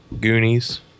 Goonies